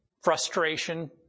frustration